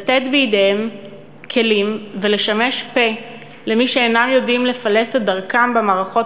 לתת בידיהם כלים ולשמש פה למי שאינם יודעים לפלס את דרכם במערכות